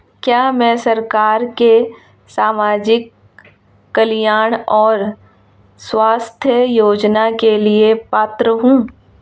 क्या मैं सरकार के सामाजिक कल्याण और स्वास्थ्य योजना के लिए पात्र हूं?